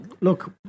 look